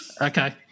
Okay